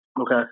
Okay